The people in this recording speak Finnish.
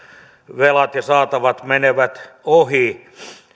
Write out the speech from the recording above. velat ja saatavat menevät ohi